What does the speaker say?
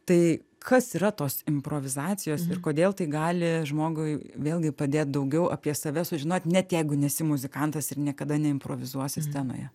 tai kas yra tos improvizacijos ir kodėl tai gali žmogui vėlgi padėt daugiau apie save sužinot net jeigu nesi muzikantas ir niekada neimprovizuosi scenoje